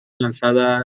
lanzada